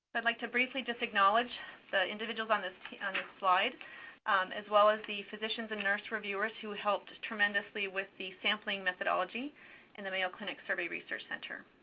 i'd like to briefly just acknowledge the individuals on this slide as well as the physicians and nurse reviewers who helped tremendously with the sampling methodology in the mayo clinic survey research center.